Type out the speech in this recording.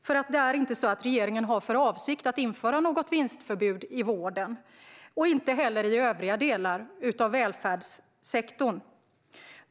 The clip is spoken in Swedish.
Det är nämligen inte så att regeringen har för avsikt att införa något vinstförbud i vården och inte heller i övriga delar av välfärdssektorn.